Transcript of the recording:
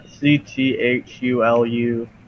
C-T-H-U-L-U